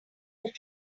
that